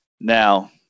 Now